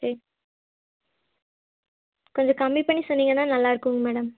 eight கொஞ்சம் கம்மி பண்ணி சொன்னீங்கன்னால் நல்லாயிருக்குங்க மேடம்